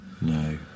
no